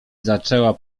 zaczęła